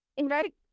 right